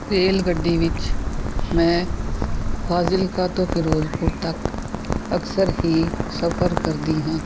rail ਗੱਡੀ ਵਿੱਚ ਮੈਂ ਫਾਜ਼ਿਲਕਾ ਤੋਂ ਫਿਰੋਜ਼ਪੁਰ ਤੱਕ ਅਕਸਰ ਹੀ ਸਫਰ ਕਰਦੀ ਹਾਂ